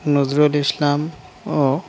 Nazrul Islam ও